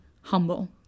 humble